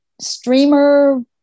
streamer